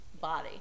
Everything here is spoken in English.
body